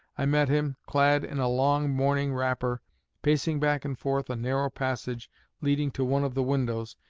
i met him, clad in a long morning wrapper pacing back and forth a narrow passage leading to one of the windows,